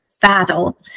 battle